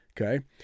okay